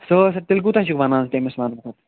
ساس رۄپپہِ تیٚلہِ کوٗتاہ چھُکھ وَنان تٔمِس وَنہٕ بہٕ